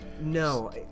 No